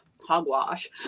hogwash